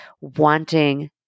wanting